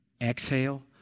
exhale